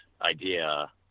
idea